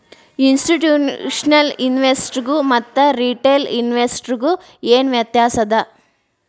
ಇನ್ಸ್ಟಿಟ್ಯೂಷ್ನಲಿನ್ವೆಸ್ಟರ್ಸ್ಗು ಮತ್ತ ರಿಟೇಲ್ ಇನ್ವೆಸ್ಟರ್ಸ್ಗು ಏನ್ ವ್ಯತ್ಯಾಸದ?